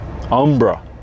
Umbra